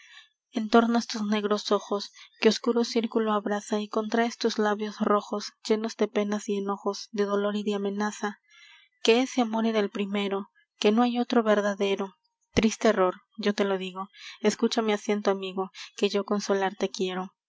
la vida entornas tus negros ojos que oscuro círculo abraza y contraes tus labios rojos llenos de penas y enojos de dolor y de amenaza que ese amor era el primero que no hay otro verdadero triste error yo te lo digo escucha mi acento amigo que yo consolarte quiero